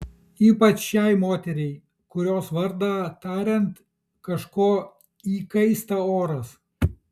ypač šiai moteriai kurios vardą tariant kažko įkaista oras